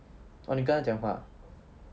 oh 你跟她讲话 ah